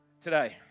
today